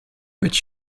but